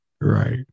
Right